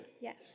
Yes